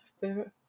Favorite